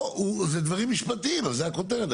פה זה דברים משפטים, אז זו הכותרת.